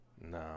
No